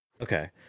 Okay